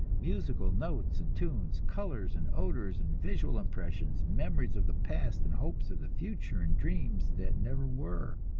musical notes and tunes, colors and odors and visual impressions, memories of the past and hopes of the future and dreams that never were.